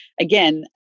again